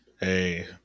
Hey